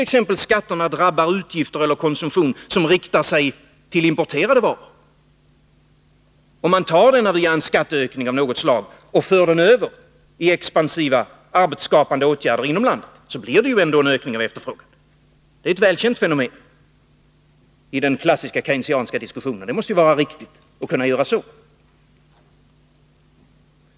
Om skatterna drabbar utgifter eller konsumtion som riktar sig till importerade varor och man tar detta via en skatteökning av något slag och för över det till expansiva arbetsskapande åtgärder inom landet, så blir det ändå en ökning av efterfrågan. Detta är ett välkänt fenomen i den klassiska Keynesianska diskussionen. Det måste vara riktigt att göra så.